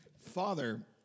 father